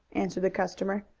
answered the customer.